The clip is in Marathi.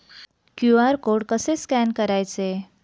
क्यू.आर कोड कसे स्कॅन करायचे?